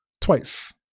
Twice